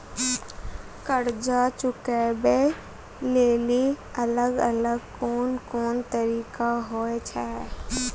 कर्जा चुकाबै लेली अलग अलग कोन कोन तरिका होय छै?